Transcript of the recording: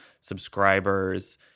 subscribers